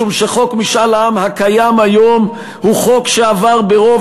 משום שחוק משאל עם הקיים היום הוא חוק שעבר ברוב